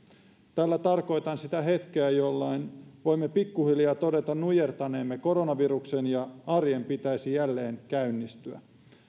tällä tarkoitan sitä hetkeä jolloin voimme pikkuhiljaa todeta nujertaneemme koronaviruksen ja arjen pitäisi jälleen käynnistyä